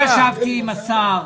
ישבתי עם השר,